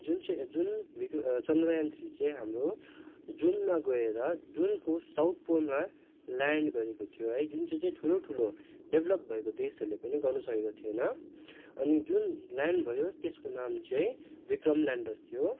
जुन चाहिँ जुन चन्द्रयान थ्री चाहिँ हाम्रो जुनमा गएर जुनको साउथ पोलमा ल्यान्ड गरेको थियो है जुन चाहिँ चाहिँ ठुलो ठुलो डेप्लप भएको देशहरूले पनि गर्नु सकेको थिएन अनि जुन ल्यान्ड भयो त्यसको नाम चाहिँ विक्रम ल्यान्डर थियो